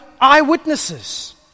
eyewitnesses